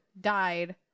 died